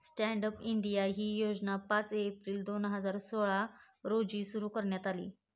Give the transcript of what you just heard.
stand up India ही योजना पाच एप्रिल दोन हजार सोळा रोजी सुरु करण्यात आली